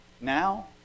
Now